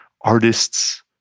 artists